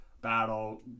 battle